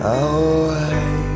away